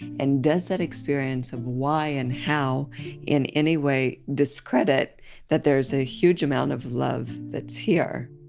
and does that experience of why and how in any way discredit that there's a huge amount of love that's here?